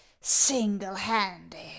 single-handed